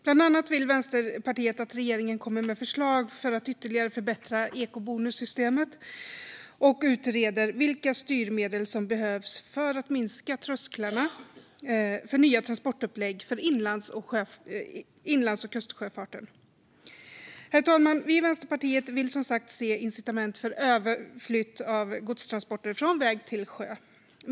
Bland annat vill Vänsterpartiet att regeringen kommer med förslag för att ytterligare förbättra ekobonussystemet och att man utreder vilka styrmedel som behövs för att minska trösklarna för nya transportupplägg för inlands och kustsjöfarten. Herr talman! Vi i Vänsterpartiet vill som sagt se incitament för överflytt av godstransporter från väg till sjö.